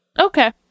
Okay